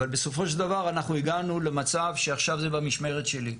אבל בסופו של דבר אנחנו הגענו למצב שעכשיו זה במשמרת שלי.